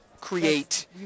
create